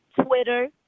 Twitter